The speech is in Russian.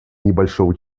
небольшого